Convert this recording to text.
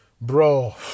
Bro